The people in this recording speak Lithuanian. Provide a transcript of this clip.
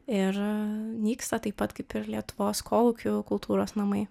ir nyksta taip pat kaip ir lietuvos kolūkių kultūros namai